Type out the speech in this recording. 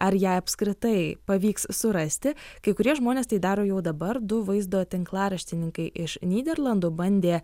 ar jei apskritai pavyks surasti kai kurie žmonės tai daro jau dabar du vaizdo tinklaraštininkai iš nyderlandų bandė